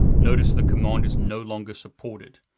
notice the command is no longer supported.